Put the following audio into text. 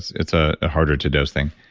it's a harder to dose thing.